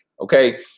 Okay